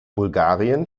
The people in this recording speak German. bulgarien